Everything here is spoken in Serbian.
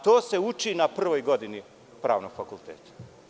To se uči na prvoj godini pravnog fakulteta.